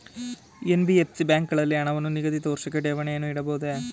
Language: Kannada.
ಎನ್.ಬಿ.ಎಫ್.ಸಿ ಬ್ಯಾಂಕುಗಳಲ್ಲಿ ಹಣವನ್ನು ನಿಗದಿತ ವರ್ಷಕ್ಕೆ ಠೇವಣಿಯನ್ನು ಇಡಬಹುದೇ?